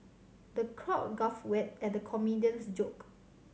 the crowd guffawed we at the comedian's joke